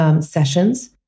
sessions